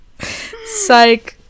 Psych